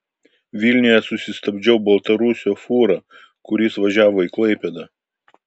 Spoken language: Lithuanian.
vilniuje susistabdžiau baltarusio fūrą kuris važiavo į klaipėdą